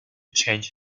change